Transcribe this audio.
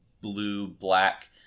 blue-black